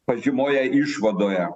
pažymoje išvadoje